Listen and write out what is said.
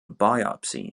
biopsy